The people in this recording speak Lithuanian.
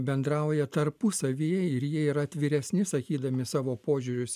bendrauja tarpusavyje ir jie yra atviresni sakydami savo požiūrius